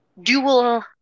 dual